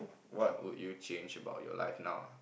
what would you change about you life now